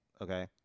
okay